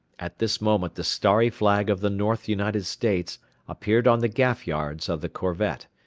at this moment the starry flag of the north united states appeared on the gaff-yards of the corvette,